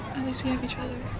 least we have each other.